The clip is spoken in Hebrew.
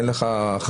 אין לך אחריות,